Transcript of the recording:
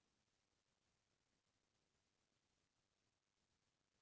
कुकरी पालन म कतका खरचा आही?